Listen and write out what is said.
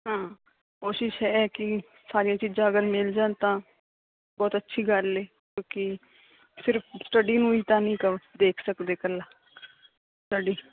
ਹਾਂ ਕੋਸ਼ਿਸ਼ ਹੈ ਕਿ ਸਾਰੀਆਂ ਚੀਜ਼ਾਂ ਅਗਰ ਮਿਲ ਜਾਣ ਤਾਂ ਬਹੁਤ ਅੱਛੀ ਗੱਲ ਏ ਕਿਉਂਕਿ ਸਿਰਫ਼ ਸਟੱਡੀ ਨੂੰ ਵੀ ਤਾਂ ਨਹੀਂ ਕ ਦੇਖ ਸਕਦੇ ਇਕੱਲਾ ਸਟੱਡੀ